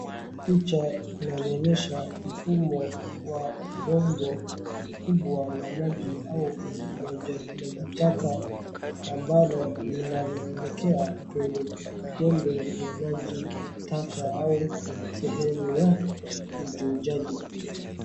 Picha inanionyesha mfumo wa bombo kubwa la maji au majitaka ambalo linaelekea kwenye chembe ya maji, taka au sehemu ya ujujaji.